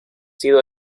sido